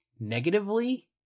negatively